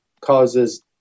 causes